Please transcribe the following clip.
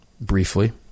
briefly